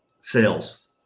Sales